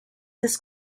this